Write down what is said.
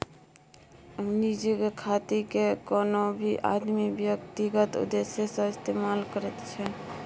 निजी खातेकेँ कोनो भी आदमी व्यक्तिगत उद्देश्य सँ इस्तेमाल करैत छै